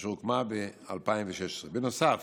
אשר הוקמה בשנת 2016. בנוסף,